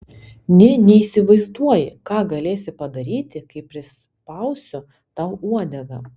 nė neįsivaizduoji ką galėsi padaryti kai prispausiu tau uodegą